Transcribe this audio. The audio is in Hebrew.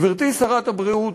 גברתי שרת הבריאות,